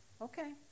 Okay